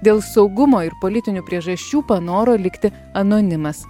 dėl saugumo ir politinių priežasčių panoro likti anonimas